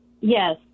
Yes